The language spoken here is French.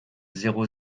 zéro